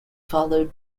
followed